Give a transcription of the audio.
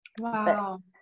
Wow